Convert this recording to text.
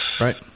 Right